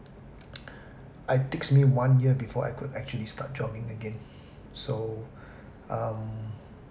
it takes me one year before I could actually start jogging again so um